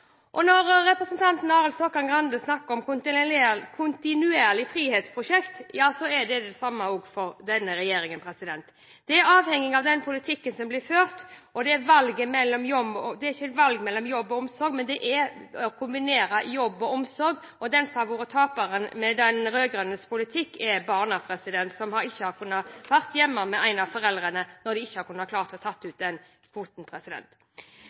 Når representanten Arild Grande snakker om «kontinuerlig frihetsprosjekt», er det det samme også for denne regjeringen. Det er avhengig av den politikken som blir ført, og det er ikke et valg mellom jobb og omsorg, men det gjelder å kombinere jobb og omsorg. Den som har vært taperen med de rød-grønnes politikk, er barna, som ikke har kunnet være hjemme med en av foreldrene når de ikke har klart å ta ut kvoten